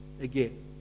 again